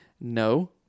no